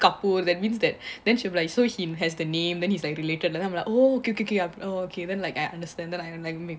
kapoor that means that then she like so he has the name then he's like related like I'm like oh okay K K K okay then like I understand that I'm like me